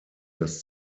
das